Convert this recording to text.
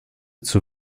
zur